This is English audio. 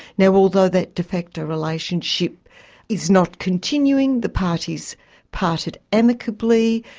now, although that de facto relationship is not continuing, the parties parted amicably,